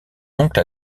oncle